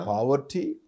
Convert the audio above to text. poverty